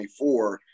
24